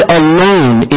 alone